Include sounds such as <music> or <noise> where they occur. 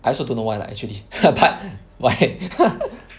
I also don't know why lah actually <laughs> but why <laughs>